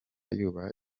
yubaha